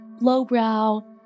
lowbrow